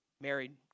married